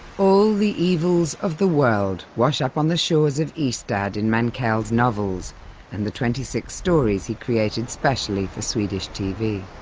all the evils of the world wash up on the shores of ystad in mankell's novels and the twenty six stories he created specially for swedish tv.